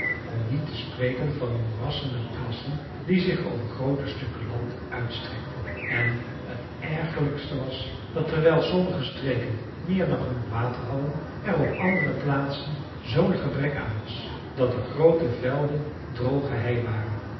om niet te spreken van moerassen en plassen die zich over groote stukken land uitstrekten en het ergerlijkste was dat terwijl sommige streken meer dan genoeg water hadden er op andere plaatsen zoo'n gebrek aan was dat er groote velden droge hei waren